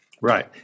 Right